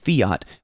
fiat